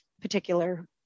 particular